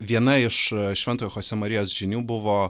viena iš šventojo chosė marijos žinių buvo